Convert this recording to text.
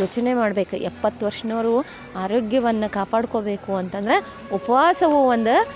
ಯೋಚನೆ ಮಾಡ್ಬೇಕು ಎಪ್ಪತ್ತು ವರ್ಷ್ದವ್ರು ಆರೋಗ್ಯವನ್ನು ಕಾಪಾಡ್ಕೊಬೇಕು ಅಂತಂದ್ರೆ ಉಪವಾಸವೂ ಒಂದು